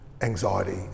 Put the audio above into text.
anxiety